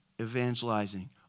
evangelizing